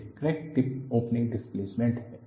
यह crack tip opening displacement है